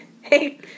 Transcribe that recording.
hey